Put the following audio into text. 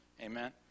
amen